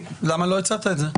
למה לא הצעת את זה?